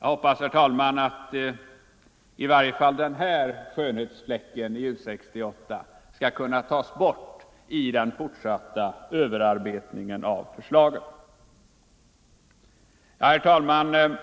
Jag hoppas, herr talman, att i varje fall den här skönhetsfläcken i U 68:s förslag skall kunna tas bort i den fortsatta överarbetningen av det. Herr talman!